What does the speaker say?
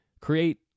create